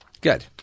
Good